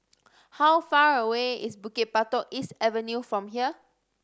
how far away is Bukit Batok East Avenue from here